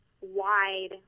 wide